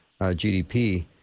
GDP